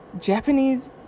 Japanese